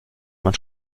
man